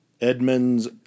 Edmunds